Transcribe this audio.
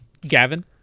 gavin